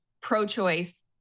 pro-choice